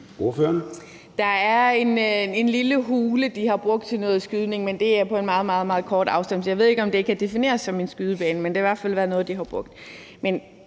Der er en lille hule, de har brugt til noget skydning, men det er på en meget, meget kort afstand, så jeg ved ikke, om det kan defineres som en skydebane, men det har i hvert fald været noget, de har brugt.